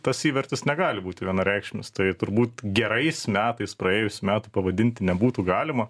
tas įvertis negali būti vienareikšmis tai turbūt gerais metais praėjusių metų pavadinti nebūtų galima